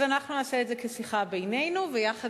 אז אנחנו נעשה את זה כשיחה בינינו ויחד